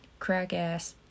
crackass